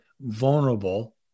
vulnerable